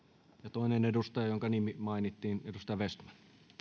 toinen edustaja jonka nimi mainittiin edustaja vestman